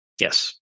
yes